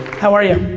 how are you?